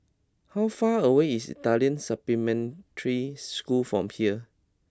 how far away is Italian Supplementary School from here